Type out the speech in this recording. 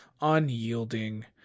unyielding